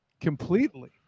completely